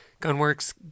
Gunworks